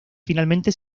finalmente